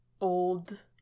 old